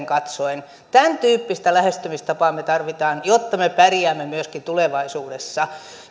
katsoen tämäntyyppistä lähestymistapaa me tarvitsemme jotta me pärjäämme myöskin tulevaisuudessa